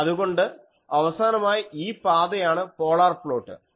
അതുകൊണ്ട് അവസാനമായി ഈ പാതയാണ് പോളാർ പ്ലോട്ട്